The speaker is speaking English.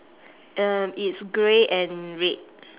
um it's grey and red